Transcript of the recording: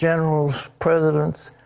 generals, presidents,